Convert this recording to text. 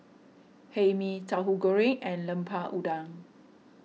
Hae Mee Tauhu Goreng and Lemper Udang